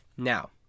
Now